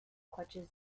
clutches